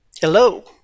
Hello